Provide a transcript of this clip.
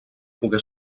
pogué